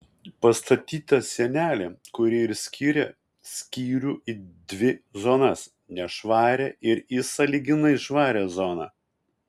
pastatyta sienelė kuri ir skiria skyrių į dvi zonas nešvarią ir į sąlyginai švarią zoną